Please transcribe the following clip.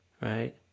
right